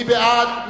מי בעד?